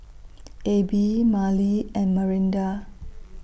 Abie Mallie and Marinda